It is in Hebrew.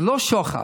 זה לא שוחד.